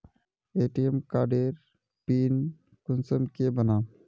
ATM कार्डेर pin कुंसम के बनाम?